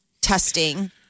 testing